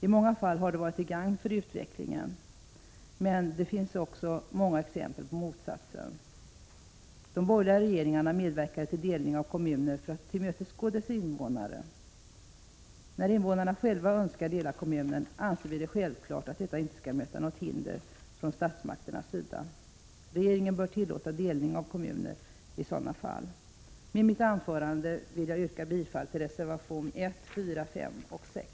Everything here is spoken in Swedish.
I många fall har det varit till gagn för utvecklingen, men det finns också många exempel på motsatsen. De borgerliga regeringarna medverkade till delning av kommuner för att tillmötesgå dess invånare. När invånarna själva önskar dela kommunen anser vi det vara självklart att detta inte skall möta några hinder från statsmakternas sida. Regeringen bör tillåta delning av kommuner i sådana fall. Med mitt anförande vill jag yrka bifall till reservationerna 1, 4, 5 och 6.